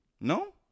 No